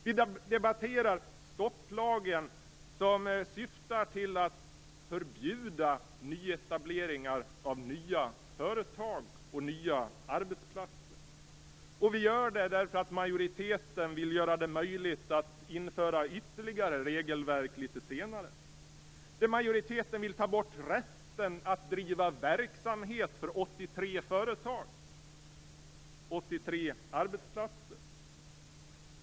Vi debatterar stopplagen som syftar till att förbjuda etableringar av nya företag och nya arbetsplatser. Vi gör det därför att majoriteten vill göra det möjligt att införa ytterligare regelverk litet senare. Majoriteten vill ta bort rätten att driva verksamhet för 83 företag, 83 arbetsplatser.